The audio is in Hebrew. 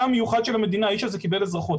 המיוחד של המדינה האיש הזה קיבל אזרחות.